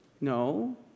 No